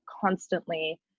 constantly